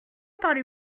parlez